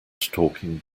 talking